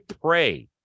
pray